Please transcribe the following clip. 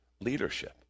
leadership